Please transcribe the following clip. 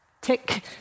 Tick